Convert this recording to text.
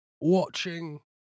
watching